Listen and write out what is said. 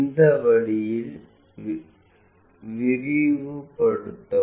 இந்த வழியில் விரிவுபடுத்தவும்